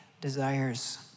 desires